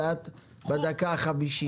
ואת בדקה החמישית.